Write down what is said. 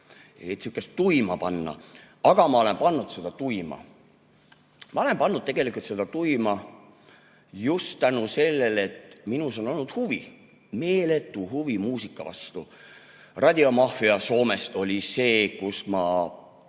sihukest tuima panna. Aga ma olen pannud tuima. Ma olen pannud tegelikult seda tuima just tänu sellele, et minus on olnud huvi, meeletu huvi muusika vastu. Radiomafia Soomest oli see ja siis